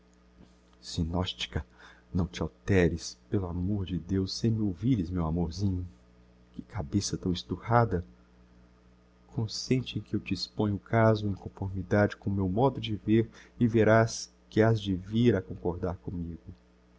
disse zinotchka não te alteres pelo amor de deus sem me ouvires meu amorzinho que cabeça tão esturrada consente em que eu te exponha o caso em conformidade com o meu modo de ver e verás que has de vir a concordar commigo